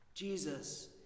Jesus